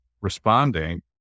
responding